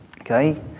Okay